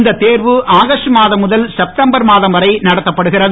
இந்த தேர்வு ஆகஸ்ட் மாதம் முதல் செப்டம்பர் மாதம் வரை நடத்தப்பட்டது